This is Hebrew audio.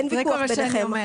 זה כל מה שאני אומרת.